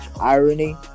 irony